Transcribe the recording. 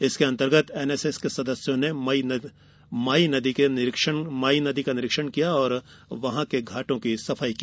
इसके अंतर्गत एनएसएस के सदस्यों ने माई नदी का निरीक्षण किया और घाटों की सफाई की